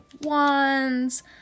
wands